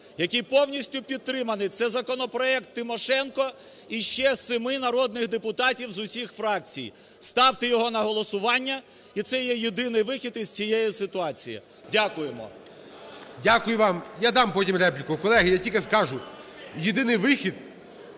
який повністю підтриманий, це законопроект Тимошенко і ще семи народних депутатів з усіх фракцій. Ставте його на голосування і це єдиний вихід із цієї ситуації. Дякуємо. ГОЛОВУЮЧИЙ. Дякую вам. Я дам потім репліку. Колеги, я тільки скажу: єдиний вихід